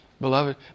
Beloved